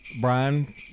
Brian